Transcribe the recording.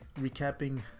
recapping